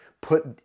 put